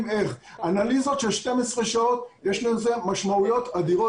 אנליזות של 12 שעות, יש לזה משמעויות אדירות.